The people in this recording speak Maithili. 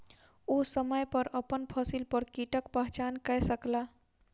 ओ समय पर अपन फसिल पर कीटक पहचान कय सकला